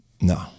No